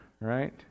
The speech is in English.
right